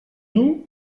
nous